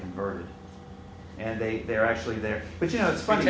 converted and they they're actually there but you know it's funny